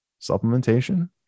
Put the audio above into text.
supplementation